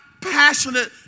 passionate